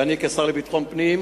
ואני כשר לביטחון פנים,